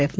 F